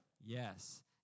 Yes